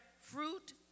fruit